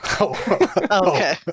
Okay